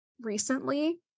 recently